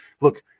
Look